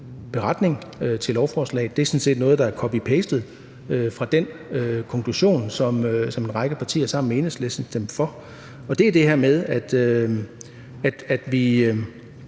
til lovforslaget, er sådan set noget, der er copy-pastet fra den konklusion, som en række partier sammen med Enhedslisten stemte for. Det er det her med, at vi